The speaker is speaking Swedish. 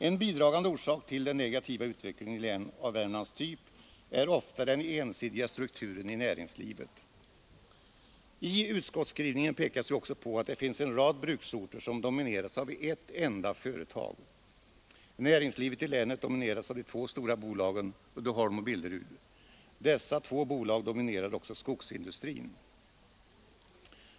En bidragande orsak till den negativa utvecklingen i län av Värmlands typ är ofta den ensidiga strukturen i näringslivet. I utskottsskrivningen pekas också på att det finns en rad bruksorter, som domineras av ett enda företag. Näringslivet i länet domineras av de två stora bolagen — Uddeholm och Billerud. Dessa två bolag dominerar också skogsindustrin.